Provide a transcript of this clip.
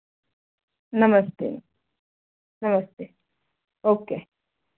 नमस्ते नमस्ते ओके